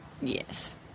yes